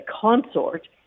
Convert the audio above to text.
consort